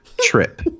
trip